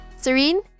Serene